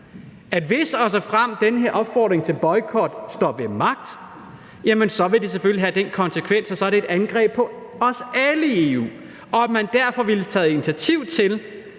at hvis og såfremt den her opfordring til boykot står ved magt, så vil det selvfølgelig have den konsekvens, at det er et angreb på os alle i EU, og at man derfor ville have taget initiativ til,